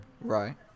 Right